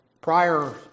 prior